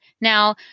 Now